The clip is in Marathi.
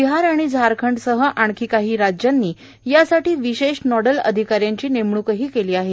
बिहार आणि झारखंड सह आणखी काही राज्यांनी यासाठी विशेष नोदल अधिकाऱ्यांची नेमण्कही केली आहे